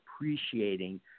appreciating